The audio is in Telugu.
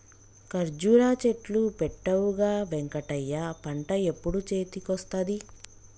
కర్జురా చెట్లు పెట్టవుగా వెంకటయ్య పంట ఎప్పుడు చేతికొస్తది